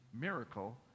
miracle